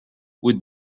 would